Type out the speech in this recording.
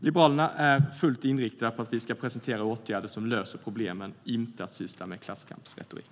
Liberalerna är fullt inriktade på att vi ska presentera åtgärder som löser problemen, inte syssla med klasskampsretorik.